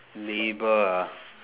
labour ah